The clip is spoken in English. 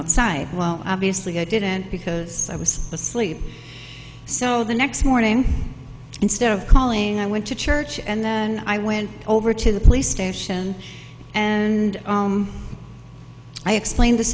outside well obviously i didn't because i was asleep so the next morning instead of calling i went to church and then i went over to the police station and i explained the